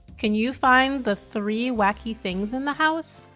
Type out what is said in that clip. can you find the three wacky things in the house?